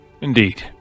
Indeed